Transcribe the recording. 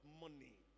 money